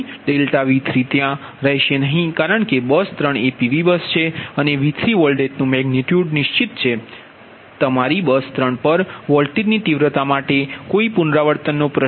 તેથી ∆V3 ત્યાં રહેશે નહીં કારણ કે બસ 3 એ PV બસ છે અને V3વોલ્ટેજનુ મેગનિટયુડ નિશ્ચિત છે તેથી તમારી બસ 3 પર વોલ્ટેજની તીવ્રતા માટે કોઈ પુનરાવર્તનનો પ્રશ્ન નથી